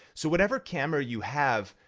so whatever camera you have,